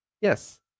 yes